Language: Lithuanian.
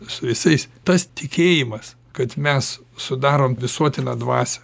su visais tas tikėjimas kad mes sudarom visuotiną dvasią